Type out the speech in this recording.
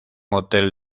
hotel